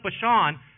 Bashan